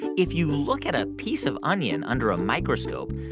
if you look at a piece of onion under a microscope,